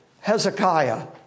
Hezekiah